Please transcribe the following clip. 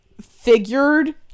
figured